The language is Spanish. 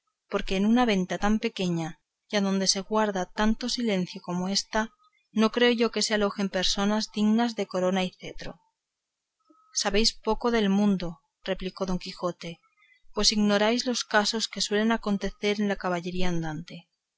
porque en una venta tan pequeña y adonde se guarda tanto silencio como ésta no creo yo que se alojan personas dignas de corona y cetro sabéis poco del mundo replicó don quijote pues ignoráis los casos que suelen acontecer en la caballería andante